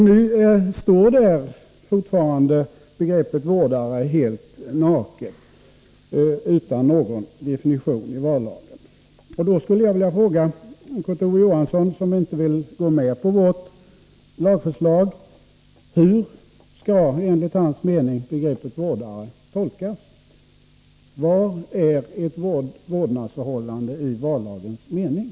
Nu står begreppet vårdare fortfarande helt naket utan någon definition i vallagen. lagförslag: Hur skall, enligt hans mening, begreppet vårdare tolkas? Vad är ett vårdnadsförhållande i vallagens mening?